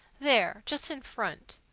there, just in front.